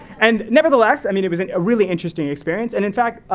and nevertheless, i mean, it was a really interesting experience, and in fact,